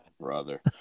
brother